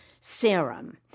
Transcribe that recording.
serum